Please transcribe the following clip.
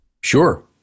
Sure